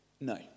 No